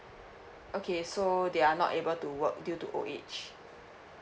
okay so they are not able to work due to old age